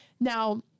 now